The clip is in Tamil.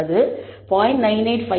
அது 0